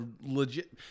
legit